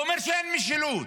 זה אומר שאין משילות.